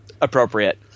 appropriate